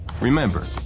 Remember